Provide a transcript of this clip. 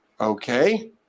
Okay